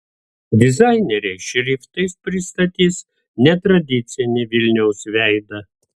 dizaineriai šriftais pristatys netradicinį vilniaus veidą